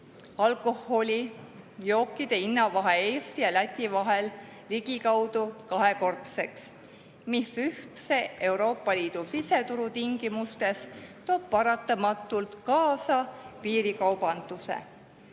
alkoholijookide hinnavahe Eesti ja Läti vahel ligikaudu kahekordseks. See toob ühtse Euroopa Liidu siseturu tingimustes paratamatult kaasa piirikaubanduse. Eesti